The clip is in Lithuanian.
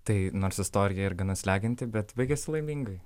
tai nors istorija ir gana slegianti bet baigiasi laimingai